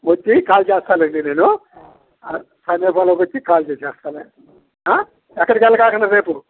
వచ్చి కాల్ చేస్తాను అండి నేను సమీపంలో వచ్చి కాల్ చేస్తాను ఎక్కడికి వెళ్ళకండి రేపు